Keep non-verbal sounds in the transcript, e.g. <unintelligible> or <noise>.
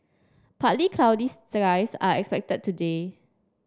partly <unintelligible> skies are expected today